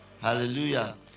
Hallelujah